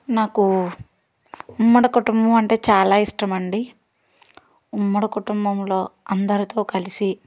నాకు ఉమ్మడి కుటుంబం అంటే చాలా ఇష్టం అండి ఉమ్మడి కుటుంబంలో అందరితో కలిసి